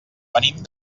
venim